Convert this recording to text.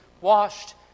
washed